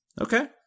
Okay